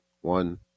one